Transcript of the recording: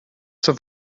zur